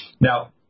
Now